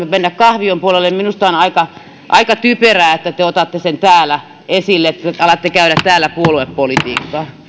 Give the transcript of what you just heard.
mennä kahvion puolelle minusta on aika aika typerää että te te otatte sen täällä esille ja alatte käydä täällä puoluepolitiikkaa